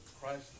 Christ